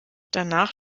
danach